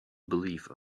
believe